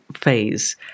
phase